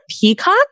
peacock